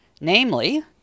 namely